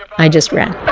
i just ran